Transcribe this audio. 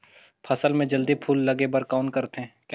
फसल मे जल्दी फूल लगे बर कौन करथे?